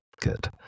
Good